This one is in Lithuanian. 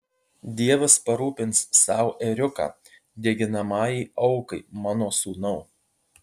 dievas parūpins sau ėriuką deginamajai aukai mano sūnau